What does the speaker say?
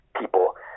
people